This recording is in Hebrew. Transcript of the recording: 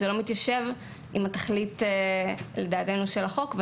זה לא מתיישב עם התכלית של החוק,